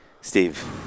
Steve